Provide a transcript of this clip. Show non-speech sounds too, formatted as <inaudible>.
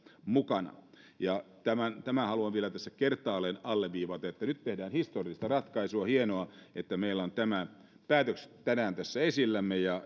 mukana tämän haluan vielä tässä kertaalleen alleviivata että nyt tehdään historiallista ratkaisua hienoa että meillä on tämä päätös tänään tässä esillä ja <unintelligible>